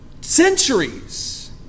centuries